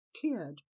cleared